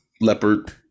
leopard